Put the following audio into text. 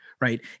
right